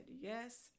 yes